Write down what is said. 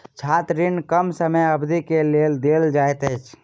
छात्र ऋण कम समय अवधि के लेल देल जाइत अछि